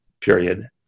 period